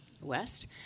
west